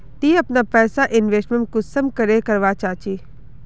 ती अपना पैसा इन्वेस्टमेंट कुंसम करे करवा चाँ चची?